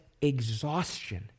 exhaustion